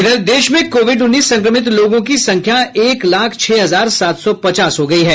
वहीं देश में कोविड उन्नीस संक्रमित लोगों की संख्या एक लाख छह हजार सात सौ पचास हो गई है